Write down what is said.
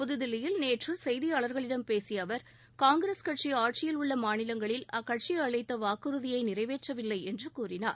புதுதில்லியில் நேற்று செய்தியாளர்களிடம் பேசிய அவர் காங்கிரஸ் கட்சி ஆட்சியில் உள்ள மாநிலங்களில் அக்கட்சி அளித்த வாக்குறுதியை நிறைவேற்றவில்லை என்று கூறினார்